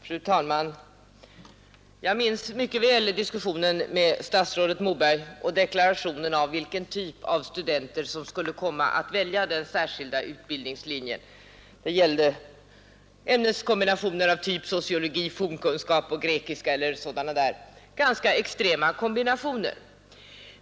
Fru talman! Jag minns mycket väl diskussionen med statsrådet Moberg och deklarationen om vilken typ av studenter som skulle komma att välja den särskilda utbildningslinjen. Det gällde ämneskombinationer av typen sociologi, fornkunskap och grekiska eller andra sådan ganska extrema kombinationer.